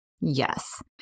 yes